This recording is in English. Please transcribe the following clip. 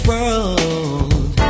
World